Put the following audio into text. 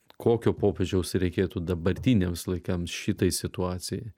kokio popiežiaus reikėtų dabartiniams laikams šitai situacijai